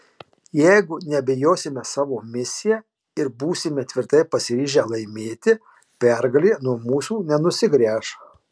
jeigu neabejosime savo misija ir būsime tvirtai pasiryžę laimėti pergalė nuo mūsų nenusigręš